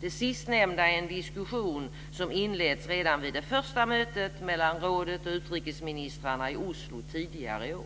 Det sistnämnda är en diskussion som inletts redan vid det första mötet mellan rådet och utrikesministrarna i Oslo tidigare i år.